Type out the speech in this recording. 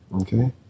Okay